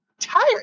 tired